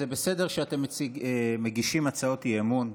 זה בסדר שאתם מגישים הצעות אי-אמון.